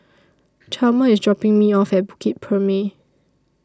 Chalmer IS dropping Me off At Bukit Purmei